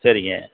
சரிங்க